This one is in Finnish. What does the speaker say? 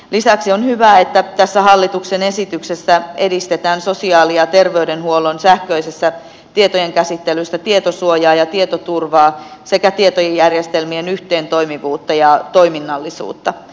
lisäksi on hyvä että tässä hallituksen esityksessä edistetään sosiaali ja terveydenhuollon sähköisessä tietojenkäsittelyssä tietosuojaa ja tietoturvaa sekä tietojärjestelmien yhteentoimivuutta ja toiminnallisuutta